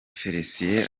felicien